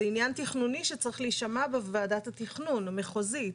זה עניין תכנוני שצריך להישמע בוועדת התכנון המחוזית.